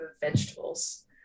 vegetables